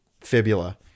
fibula